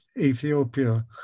Ethiopia